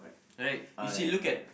correct you see look at